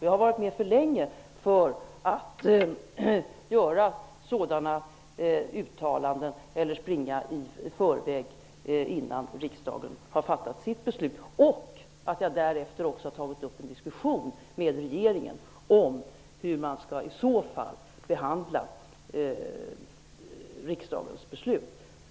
Jag har varit med för länge för att göra sådana uttalanden eller springa i förväg innan riksdagen har fattat sitt beslut och innan jag har tagit upp en diskussion med regeringen om hur riksdagens beslut skall behandlas.